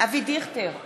אבי דיכטר,